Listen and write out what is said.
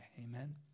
Amen